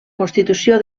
constitució